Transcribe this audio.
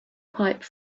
pipe